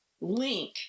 link